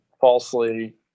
falsely